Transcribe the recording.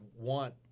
want